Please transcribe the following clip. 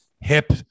hip